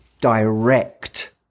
direct